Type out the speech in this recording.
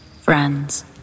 friends